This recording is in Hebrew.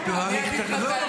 אני אגיד לך את האמת?